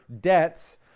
debts